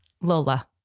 Lola